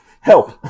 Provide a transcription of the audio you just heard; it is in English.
help